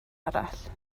arall